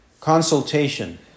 consultation